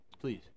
Please